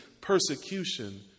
persecution